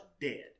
dead